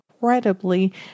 Incredibly